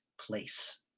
place